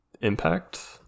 impact